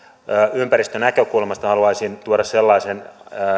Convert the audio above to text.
ympäristönäkökulmasta haluaisin tuoda sellaisen